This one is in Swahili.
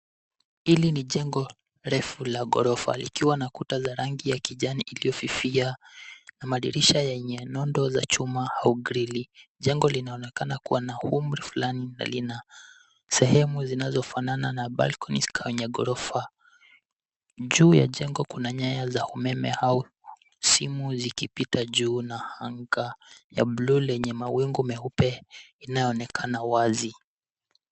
Hili ni jengo, refu la ghorofa, likiwa na kuta za rangi ya kijani iliyofifia, na madirisha yenye nondo za chuma, au grili. Jengo linaonekana kuwa na umri fulani, na lina, sehemu zinazofanana na balconies kwenye ghorofa. Juu ya jengo, kuna nyaya za umeme, au simu zikipita juu, na anga ya bluu, lenye mawingu meupe, inayoonekana wazi.